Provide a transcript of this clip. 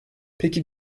peki